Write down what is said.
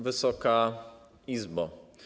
Wysoka Izbo!